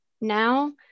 now